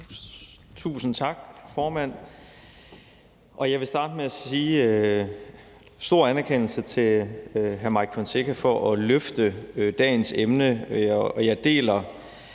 Tusind tak, formand. Jeg vil starte med at sige en stor anerkendelse til hr. Mike Villa Fonseca for at løfte dagens emne,